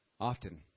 Often